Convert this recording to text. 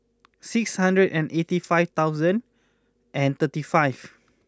six hundred and eighty five thousand and thirty five